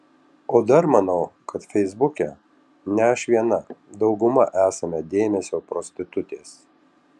o dar manau kad feisbuke ne aš viena dauguma esame dėmesio prostitutės